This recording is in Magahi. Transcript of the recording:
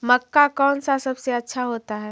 मक्का कौन सा सबसे अच्छा होता है?